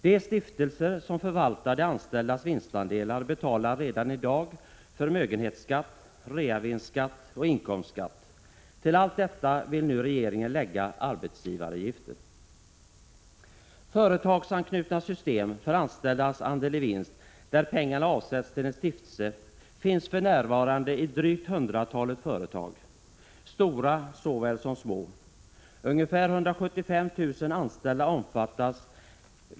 De stiftelser som förvaltar de anställdas vinstandelar betalar redan i dag förmögenhetsskatt, reavinstskatt och inkomstskatt. Till allt detta vill nu regeringen lägga arbetsgivaravgifter. Företagsanknutna system för anställdas andel-i-vinst, där pengarna avsätts till en stiftelse, finns för närvarande i drygt hundratalet företag, stora såväl som små. Ungefär 175 000 anställda omfattas.